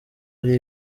ari